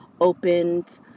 opened